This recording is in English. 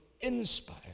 inspire